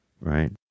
Right